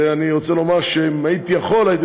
ואני רוצה לומר שאם הייתי יכול הייתי